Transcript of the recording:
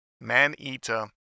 man-eater